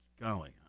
golly